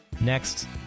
Next